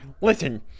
Listen